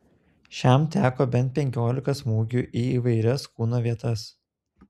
šiam teko bent penkiolika smūgių į įvairias kūno vietas